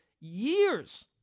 years